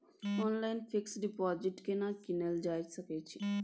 Online fix deposit केना कीनल जा सकै छी?